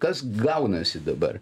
kas gaunasi dabar